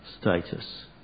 status